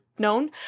known